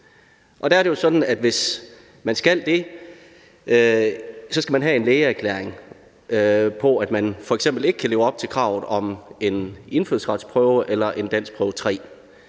Der er det jo sådan, at hvis man skal det, skal man have en lægeerklæring på, at man f.eks. ikke kan leve op til kravet om en indfødsretsprøve eller en danskprøve 3.